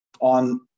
on